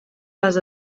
les